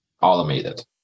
automated